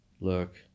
look